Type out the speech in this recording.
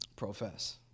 profess